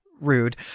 rude